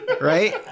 Right